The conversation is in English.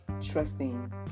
trusting